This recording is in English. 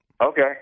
Okay